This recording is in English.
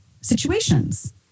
situations